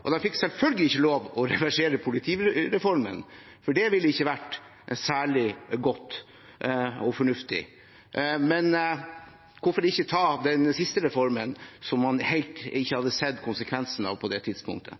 og de fikk selvfølgelig ikke lov å reversere politireformen, for det ville ikke vært særlig godt og fornuftig. Men hvorfor ikke ta den siste reformen, som man ikke helt hadde sett konsekvensene av på det tidspunktet?